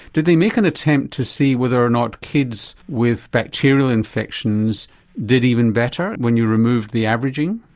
did they make an attempt to see whether or not kids with bacterial infections did even better when you removed the averaging?